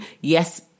yes